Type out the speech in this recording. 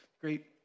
great